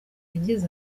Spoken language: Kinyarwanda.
yagize